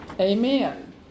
Amen